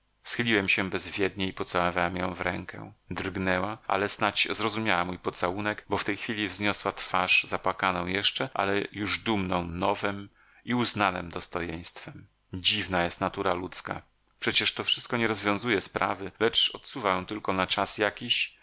schyliłem się bezwiednie i pocałowałem ją w rękę drgnęła ale snadź zrozumiała mój pocałunek bo w tej chwili wzniosła twarz zapłakaną jeszcze ale już dumną nowem i uznanem dostojeństwem dziwna jest natura ludzka przecież to wszystko nie rozwiązuje sprawy lecz odsuwa ją tylko na czas jakiś